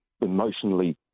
emotionally